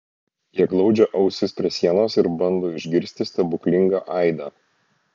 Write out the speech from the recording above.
jie glaudžia ausis prie sienos ir bando išgirsti stebuklingą aidą